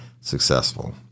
successful